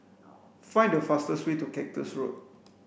find the fastest way to Cactus Road